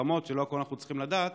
ולא הכול אנחנו צריכים לדעת,